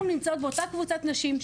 אנחנו נמצאות באותה קבוצת נשים,